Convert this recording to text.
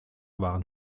waren